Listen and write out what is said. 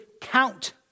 count